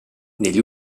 negli